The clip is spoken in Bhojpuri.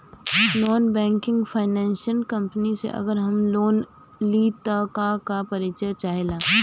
नॉन बैंकिंग फाइनेंशियल कम्पनी से अगर हम लोन लि त का का परिचय चाहे ला?